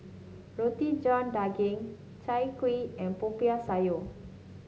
Roti John Daging Chai Kuih and Popiah Sayur